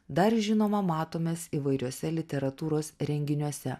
dar žinoma matomės įvairiuose literatūros renginiuose